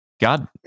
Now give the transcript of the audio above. God